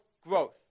growth